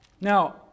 Now